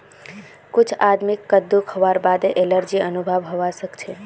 कुछ आदमीक कद्दू खावार बादे एलर्जी अनुभव हवा सक छे